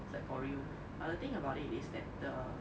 is like for real but the thing about it is that the